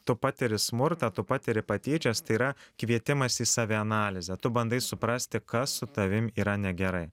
tu patiri smurtą tu patiri patyčias tai yra kvietimas į savianalizę tu bandai suprasti kas su tavim yra negerai